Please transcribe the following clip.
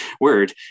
word